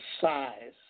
size